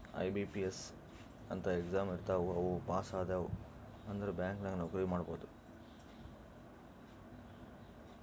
IBPS ಅಂತ್ exam ಇರ್ತಾವ್ ಅವು ಪಾಸ್ ಆದ್ಯವ್ ಅಂದುರ್ ಬ್ಯಾಂಕ್ ನಾಗ್ ನೌಕರಿ ಮಾಡ್ಬೋದ